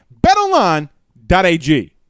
Betonline.ag